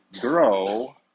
grow